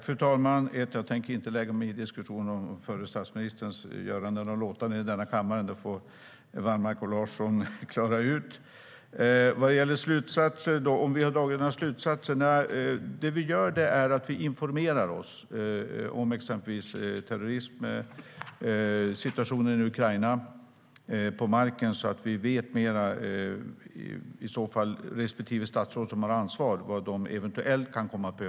Fru talman! Jag tänker inte lägga mig i diskussionen om förre statsministerns göranden och låtanden i denna kammare. Det får Wallmark och Larsson klara ut. Har vi dragit några slutsatser? Vi informerar oss om till exempel terrorism och situationen på marken i Ukraina. Varje statsråd kan sedan utifrån respektive ansvarsområde förbereda eventuella regeringsbeslut.